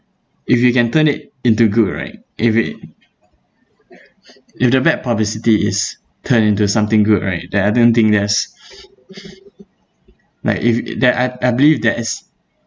if you can turn it into good right if it if the bad publicity is turned into something good right that I don't think there's like if that I I believe there is